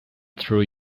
through